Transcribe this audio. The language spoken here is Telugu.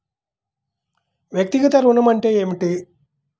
వ్యక్తిగత ఋణం అంటే ఏమిటి?